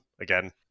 again